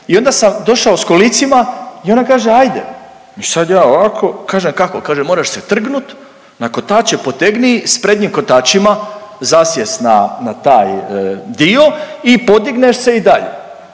I onda sam došao sa kolicima i ona kaže hajde. I sad ja ovako, kažem a kako. Kaže moraš se trgnut na kotače, potegni s prednjim kotačima zasjest na taj dio i podigneš se i dalje.